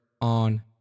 on